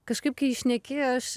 kažkaip kai šneki aš